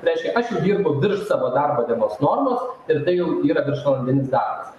reiškia aš jau dirbu virš savo darbo dienos normos ir tai jau yra viršvalandinis darbas